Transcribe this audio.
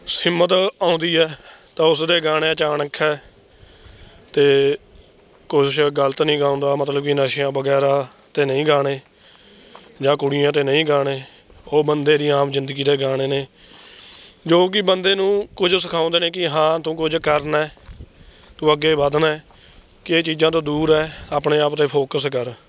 ਹਿੰਮਤ ਆਉਂਦੀ ਹੈ ਤਾਂ ਉਸਦੇ ਗਾਣਿਆਂ 'ਚ ਅਣਖ ਹੈ ਅਤੇ ਕੁਛ ਗਲਤ ਨਹੀਂ ਗਾਉਂਦਾ ਮਤਲਬ ਕਿ ਨਸ਼ਿਆਂ ਵਗੈਰਾ 'ਤੇ ਨਹੀਂ ਗਾਣੇ ਜਾਂ ਕੁੜੀਆਂ 'ਤੇ ਨਹੀਂ ਗਾਣੇ ਉਹ ਬੰਦੇ ਦੀ ਆਮ ਜ਼ਿੰਦਗੀ ਦੇ ਗਾਣੇ ਨੇ ਜੋ ਕਿ ਬੰਦੇ ਨੂੰ ਕੁਝ ਸਿਖਾਉਂਦੇ ਨੇ ਕਿ ਹਾਂ ਤੂੰ ਕੁਝ ਕਰਨਾ ਤੂੰ ਅੱਗੇ ਵਧਣਾ ਹੈ ਕਿ ਇਹ ਚੀਜ਼ਾਂ ਤੋਂ ਦੂਰ ਰਹਿ ਆਪਣੇ ਆਪ 'ਤੇ ਫੋਕਸ ਕਰ